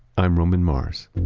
i'm roman mars